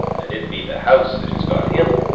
and it be the house that has got him.